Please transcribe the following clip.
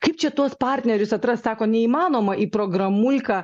kaip čia tuos partnerius atrast sako neįmanoma į programulką